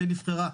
כפי שנבחרה.